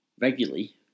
regularly